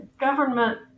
government